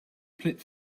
plitt